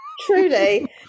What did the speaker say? truly